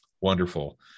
Wonderful